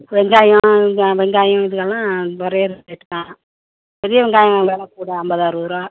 வெங்காயம் வெங்காயம் இதுகல்லாம் ஒரே ரே ரேட்டு தான் பெரிய வெங்காயம் விலை கூட ஐம்பது அறுபதுரூவா